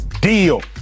deal